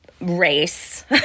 race